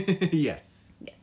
Yes